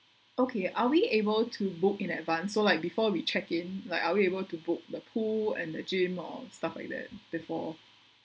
okay are we able to book in advance so like before we check in like are we able to book the pool and the gym or stuff like that before